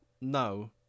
No